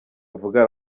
avuga